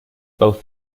both